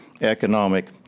economic